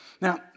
Now